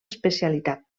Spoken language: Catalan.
especialitat